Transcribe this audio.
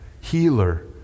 healer